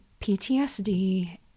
PTSD